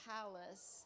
Palace